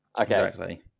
Okay